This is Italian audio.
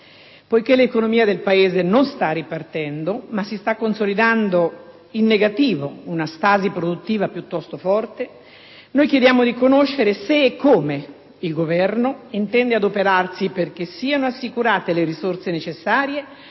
Poiché l'economia del Paese non sta ripartendo, ma si sta consolidando, in negativo, una stasi produttiva piuttosto forte, noi chiediamo di conoscere se e come il Governo intenda adoperarsi perché siano assicurate le risorse necessarie